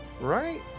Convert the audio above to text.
Right